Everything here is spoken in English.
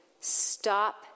stop